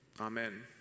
Amen